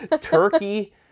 Turkey